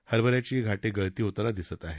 हरभ याची घाटे गळती होताना दिसत आहे